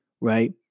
right